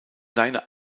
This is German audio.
seine